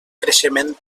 creixement